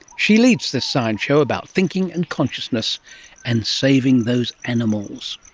she leads this science show about thinking and consciousness and saving those animals.